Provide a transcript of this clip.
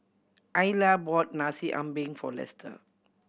Isla bought Nasi Ambeng for Lester